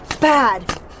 bad